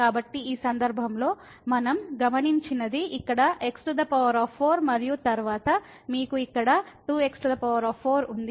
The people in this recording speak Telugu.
కాబట్టి ఈ సందర్భంలో మనం గమనించినది ఇక్కడ x4 మరియు తరువాత మీకు ఇక్కడ 2 x4 ఉంది